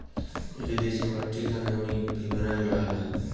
इ विधि से मट्टी क नमी भी बनल रहला